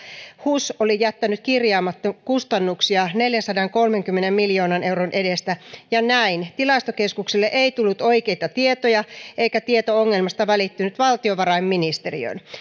hus oli jättänyt kirjaamatta kustannuksia neljänsadankolmenkymmenen miljoonan euron edestä ja näin tilastokeskukselle ei tullut oikeita tietoja eikä tieto ongelmasta välittynyt valtiovarainministeriöön